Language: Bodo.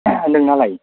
नोंनालाय